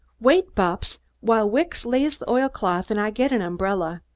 wait, bupps, while wicks lays the oilcloth and i get an umbrella.